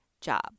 job